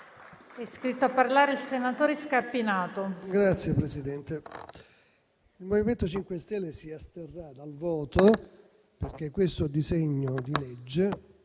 il MoVimento 5 Stelle si asterrà dal voto perché questo disegno di legge